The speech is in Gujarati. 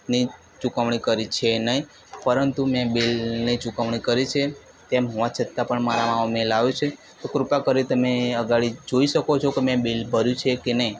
ની ચુકવણી કરી છે નહીં પરંતુ મેં બીલની ચુકવણી કરી છે તેમ હોવા છતાં પણ મારામાં આવો મેઈલ આવ્યો છે તો કૃપા કરી તમે અગાળી જોઈ શકો છો કે મેં બીલ ભર્યું છે કે નહીં